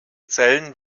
zellen